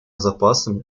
запасами